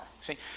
See